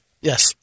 Yes